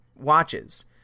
watches